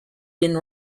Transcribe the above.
been